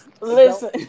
listen